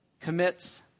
commits